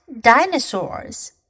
Dinosaurs